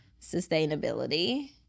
sustainability